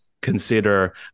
consider